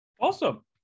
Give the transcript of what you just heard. Awesome